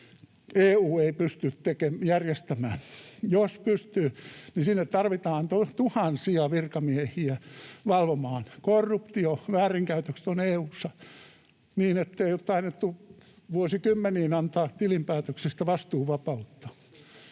EU ei pysty järjestämään. Jos pystyy, sinne tarvitaan tuhansia virkamiehiä valvomaan. Korruptio ja väärinkäytökset ovat EU:ssa sellaisia, ettei ole taidettu vuosikymmeniin antaa tilinpäätöksistä vastuuvapautta,